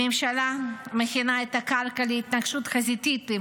הממשלה מכינה את הקרקע להתנגשות חזיתית עם